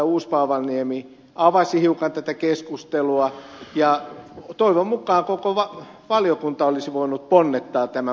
uusipaavalniemi avasi hiukan tätä keskustelua ja toivon mukaan koko valiokunta olisi voinut ponnettaa tämän ed